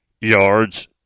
yards